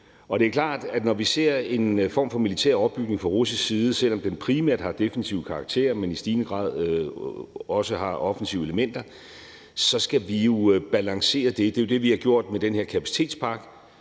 Og det er klart, at når vi ser en form for militær opbygning fra russisk side, selv om den primært har defensiv karakter, men i stigende grad også har offensive elementer, så skal vi jo balancere det. Det er jo det, vi har gjort med den her kapacitetspakke.